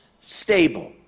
stable